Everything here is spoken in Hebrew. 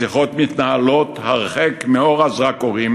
השיחות מתנהלות הרחק מאור הזרקורים